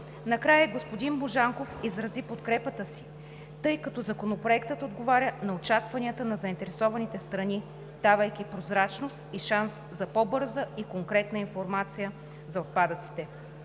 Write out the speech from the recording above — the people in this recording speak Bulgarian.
Накрая и господин Божанков изрази подкрепата си, тъй като Законопроектът отговаря на очакванията на заинтересованите страни, давайки прозрачност и шанс за по-бърза и конкретна информация за отпадъците.